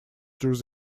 through